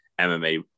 MMA